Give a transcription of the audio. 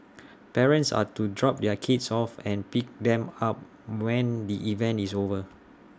parents are to drop their kids off and pick them up when the event is over